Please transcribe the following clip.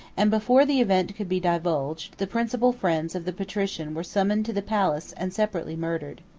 and before the event could be divulged, the principal friends of the patrician were summoned to the palace, and separately murdered.